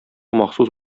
махсус